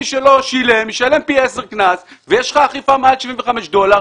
מי שלא שילם ישלם פי עשר קנס ויש לך אכיפה מעל 75 דולר.